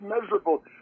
measurable